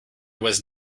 was